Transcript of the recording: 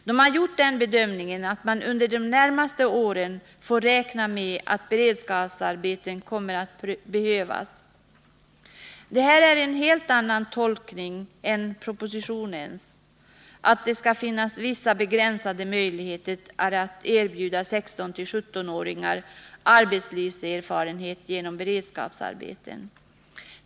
De har gjort bedömningen att vi får räkna med att beredskapsarbeten kommer att behövas under de närmaste åren. Detta är en helt annan tolkning än den propositionen gör, alltså att det skall finnas vissa begränsade möjligheter att erbjuda 16—17 åringar arbetslivserfarenhet genom beredskapsarbeten.